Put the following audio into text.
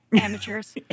amateurs